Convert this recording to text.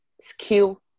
skill